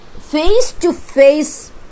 face-to-face